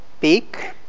peak